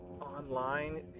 online